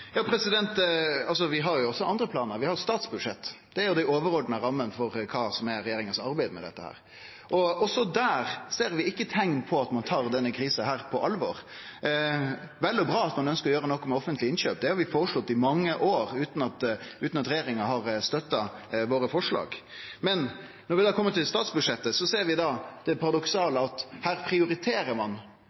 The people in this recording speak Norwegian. Vi har også andre planar. Vi har statsbudsjettet. Det er den overordna ramma for kva som er regjeringas arbeid med dette. Der ser vi heller ikkje teikn til at ein tar denne krisa på alvor. Det er vel og bra at ein ønskjer å gjere noko med offentlege innkjøp. Det har vi føreslått i mange år utan at regjeringa har støtta våre forslag. Men når vi kjem til statsbudsjettet, ser vi det paradoksale. Ein prioriterer at det er meir lønsamt å investere i petroleum, ein prioriterer at det er meir lønsamt å investere i eigedom, ein